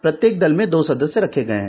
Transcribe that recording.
प्रत्येक दल में दो सदस्य रखे गए हैं